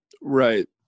Right